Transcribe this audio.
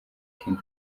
king